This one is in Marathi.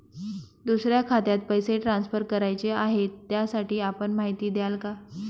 दुसऱ्या खात्यात पैसे ट्रान्सफर करायचे आहेत, त्यासाठी आपण माहिती द्याल का?